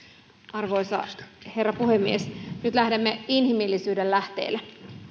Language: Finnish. arvoisa herra puhemies nyt lähdemme inhimillisyyden lähteille